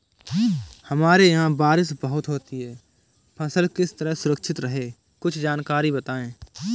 हमारे यहाँ बारिश बहुत होती है फसल किस तरह सुरक्षित रहे कुछ जानकारी बताएं?